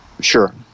Sure